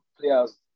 players